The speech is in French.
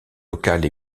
locales